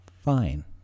Fine